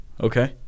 Okay